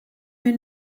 mynd